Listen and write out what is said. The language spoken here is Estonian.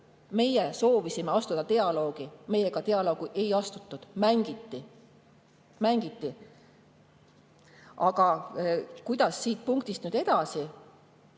meie soovisime astuda dialoogi. Meiega dialoogi ei astutud, mängiti, mängiti. Aga kuidas siit punktist edasi?